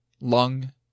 lung